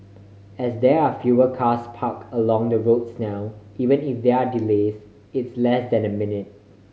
as there are fewer cars park along the roads now even if there are delays it's less than a minute